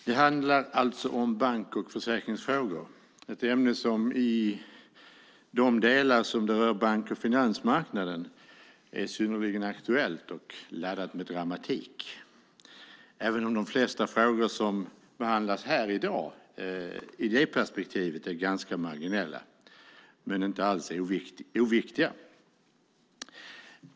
Fru talman! Det handlar om bank och försäkringsfrågor. Det är ett ämne som i de delar det rör bank och finansmarknaden är synnerligen aktuellt och laddat med dramatik. De flesta frågor som behandlas här i dag är i det perspektivet marginella men inte alls oviktiga.